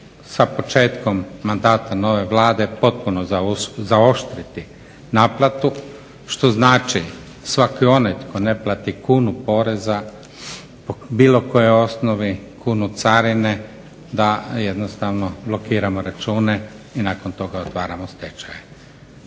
sa početkom mandata nove Vlade potpuno zaoštriti naplatu što znači svaki onaj tko ne plati kunu poreza po bilo kojoj osnovi, kunu carine da jednostavno blokiramo račune i nakon toga otvaramo stečaje.